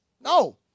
No